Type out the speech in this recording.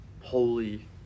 Holy